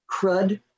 crud